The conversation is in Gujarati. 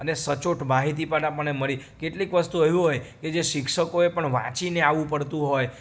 અને સચોટ માહિતી પણ આપણને મળી કેટલીક વસ્તુ એવી હોય કે જે શિક્ષકોએ પણ વાંચીને આવવું પડતું હોય